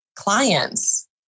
clients